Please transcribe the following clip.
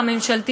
גם בהון אנושי,